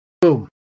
boom